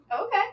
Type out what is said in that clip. Okay